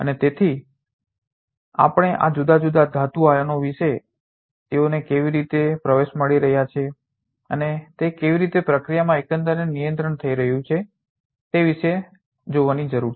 અને તેથી આપણે આ જુદા જુદા ધાતુના આયનો વિશે તેઓને કેવી રીતે પ્રવેશ મળી રહ્યો છે અને તે કેવી રીતે પ્રક્રિયામાં એકંદરે નિયંત્રિત થઈ રહ્યું છે તે વિશે જોવાની જરૂર છે